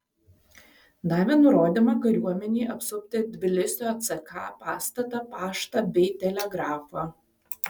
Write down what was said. davė nurodymą kariuomenei apsupti tbilisio ck pastatą paštą bei telegrafą